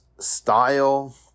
style